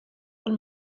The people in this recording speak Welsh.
ond